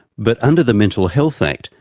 but under the mental health act,